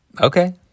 okay